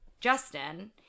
Justin